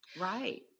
Right